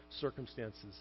circumstances